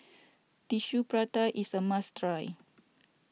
Tissue Prata is a must try